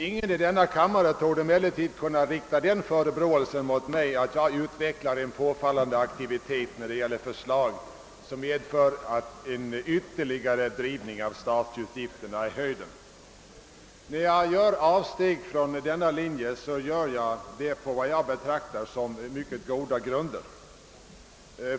Ingen i denna kammare torde emellertid kunna rikta den förebråelsen mot mig att jag utvecklar en påfallande aktivitet när det gäller förslag som driver statsutgifterna ytterligare i höjden. När jag gör avsteg från denna linje gör jag det på vad jag betraktar som mycket goda grunder.